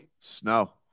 Snow